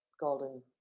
Golden